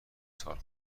سال